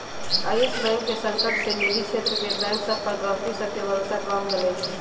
इयस Bank के संकट से निजी क्षेत्र के बैंक सभ पर गहकी सभके भरोसा कम भेलइ ह